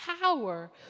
power